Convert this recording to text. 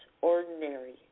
ordinary